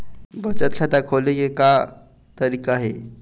बचत खाता खोले के का तरीका हे?